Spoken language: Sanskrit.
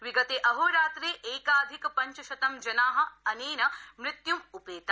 विगते अहोरात्रे एकाधिक पञ्चशतं जना अनेन मृत्युम् उपेता